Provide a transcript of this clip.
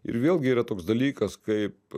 ir vėlgi yra toks dalykas kaip